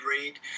read